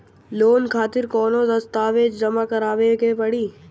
Loan खातिर कौनो दस्तावेज जमा करावे के पड़ी?